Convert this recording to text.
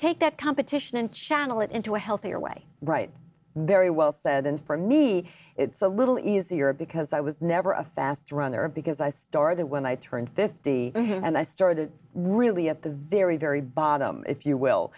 take that competition and channel it into a healthier way right very well said and for me it's a little easier because i was never a fast runner because i store that when i turned fifty and i store the really at the very very bottom if you will